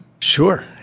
Sure